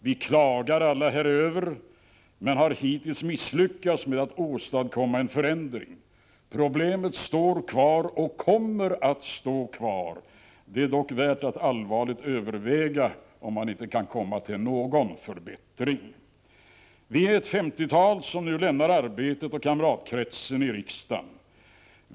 Vi klagar alla häröver men har hittills misslyckats med att åstadkom ma en förändring. Problemet står kvar och kommer att stå kvar. Det är dock värt att allvarligt överväga om man inte kan komma till någon förbättring. Vi är ett femtiotal som nu lämnar arbetet och kamratkretsen i riksdagen.